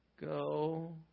go